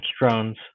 drones